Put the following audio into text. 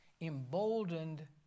emboldened